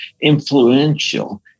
influential